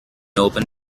open